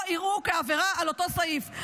לא יראוהו כעבירה על אותו סעיף".